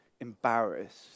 embarrassed